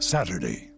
Saturday